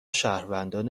شهروندان